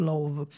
Love